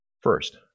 First